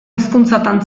hizkuntzatan